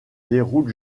déroule